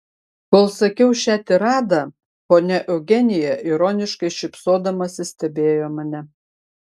kol sakiau šią tiradą ponia eugenija ironiškai šypsodamasi stebėjo mane